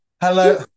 Hello